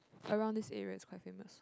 around this area is quite famous